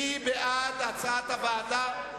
מי בעד הצעת הוועדה?